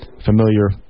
familiar